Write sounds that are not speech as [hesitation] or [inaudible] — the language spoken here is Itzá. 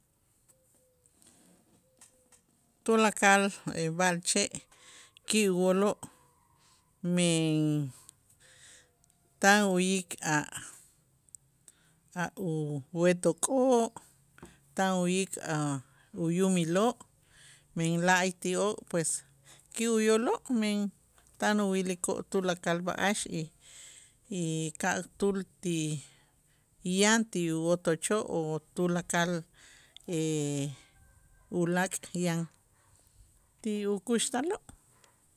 Tulakal [hesitation] b'a'alche' ki' wooloo' men tan uyik a'-a' uwet'okoo' tan uyik a' uyumiloo' men la'ayti'oo' pues ki' uyooloo' men tan uwilikoo' tulakal b'a'ax y y ka'tuul ti yan ti wotochoo' o tulakal [hesitation] ulaak' yan ti ukuxtaloo'.